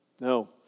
No